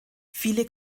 viele